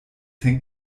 hängt